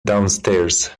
downstairs